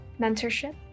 mentorship